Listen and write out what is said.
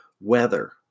weather